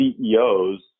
CEOs